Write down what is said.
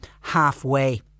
halfway